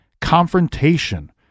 confrontation